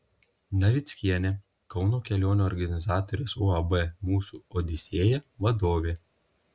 navickienė kauno kelionių organizatorės uab mūsų odisėja vadovė